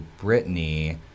Britney